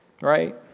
Right